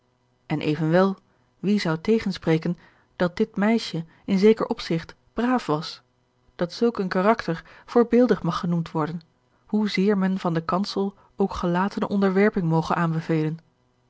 en evenwel wie zou tegenspreken dat dit meisje in zeker opzigt braaf was dat zulk een karakter voorbeeldig mag genoemd worden hoezeer men van den kansel ook gelatene onderwerping moge aanbevelen